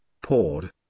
poured